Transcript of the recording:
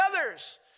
others